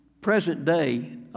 present-day